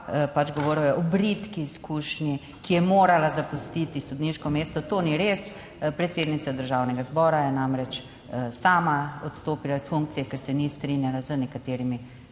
Pač, govoril je o bridki izkušnji, ko je morala zapustiti sodniško mesto. To ni res, predsednica Državnega zbora je namreč sama odstopila s funkcije, ker se ni strinjala z nekaterimi,